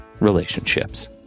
relationships